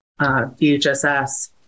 DHSs